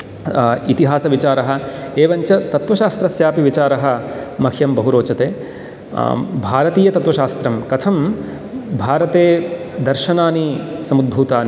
इतिहासविचारः एवञ्च तत्त्वशास्त्रस्यापि विचारः मह्यं बहुरोचते भारतीयतत्त्वशास्त्रं कथं भारते दर्शनानि समुद्भूतानि